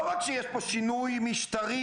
לא רק שיש פה שינוי משטרי,